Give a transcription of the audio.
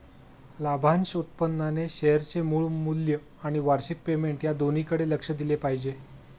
लाभांश उत्पन्नाने शेअरचे मूळ मूल्य आणि वार्षिक पेमेंट या दोन्हीकडे लक्ष दिले पाहिजे